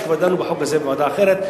שכן כבר דנו בחוק הזה בוועדה אחרת.